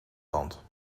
land